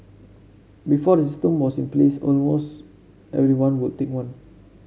before the system was in place almost everyone would take one